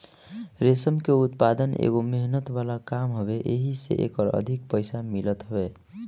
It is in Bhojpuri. रेशम के उत्पदान एगो मेहनत वाला काम हवे एही से एकर अधिक पईसा मिलत हवे